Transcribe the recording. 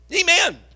Amen